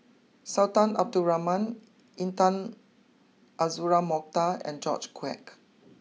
Sultan Abdul Rahman Intan Azura Mokhtar and George Quek